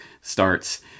starts